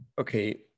okay